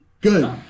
Good